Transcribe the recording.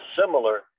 similar